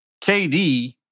KD